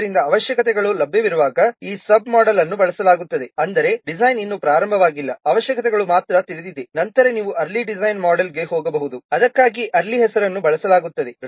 ಆದ್ದರಿಂದ ಅವಶ್ಯಕತೆಗಳು ಲಭ್ಯವಿರುವಾಗ ಈ ಸಬ್-ಮೋಡೆಲ್ ಅನ್ನು ಬಳಸಲಾಗುತ್ತದೆ ಆದರೆ ಡಿಸೈನ್ ಇನ್ನೂ ಪ್ರಾರಂಭವಾಗಿಲ್ಲ ಅವಶ್ಯಕತೆಗಳು ಮಾತ್ರ ತಿಳಿದಿವೆ ನಂತರ ನೀವು ಅರ್ಲಿ ಡಿಸೈನ್ ಮೋಡೆಲ್ಗೆ ಹೋಗಬಹುದು ಅದಕ್ಕಾಗಿಯೇ ಅರ್ಲಿ ಹೆಸರನ್ನು ಬಳಸಲಾಗುತ್ತದೆ